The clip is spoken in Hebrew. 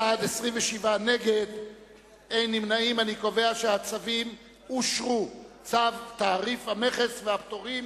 בדבר אישור הוראות בצו תעריף המכס והפטורים